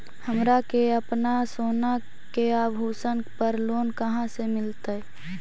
हमरा के अपना सोना के आभूषण पर लोन कहाँ से मिलत?